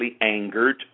angered